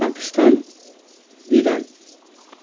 Pakistan Iran